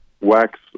wax